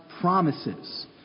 promises